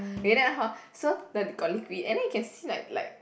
okay then hor so the got liquid and then you can see like like